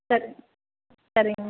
சரி சரிங்கம்மா